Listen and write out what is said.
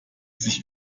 sich